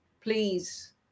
Please